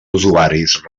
usuaris